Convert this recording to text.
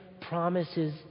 promises